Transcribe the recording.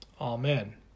Amen